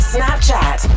Snapchat